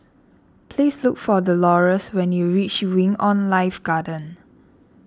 please look for the Dolores when you reach Wing on Life Garden